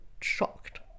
shocked